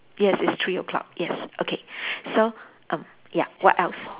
yes it's three o-clock yes okay so um ya what else